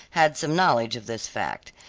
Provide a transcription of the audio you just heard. had some knowledge of this fact.